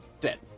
Dead